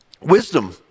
wisdom